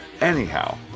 Anyhow